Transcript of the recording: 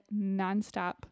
nonstop